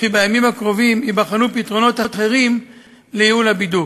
ובימים הקרובים ייבחנו פתרונות אחרים לייעול הבידוק.